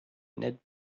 ned